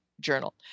journal